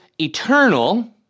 eternal